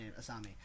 Asami